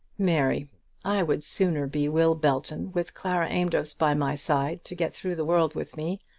mary i would sooner be will belton with clara amedroz by my side to get through the world with me,